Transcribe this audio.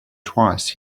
twice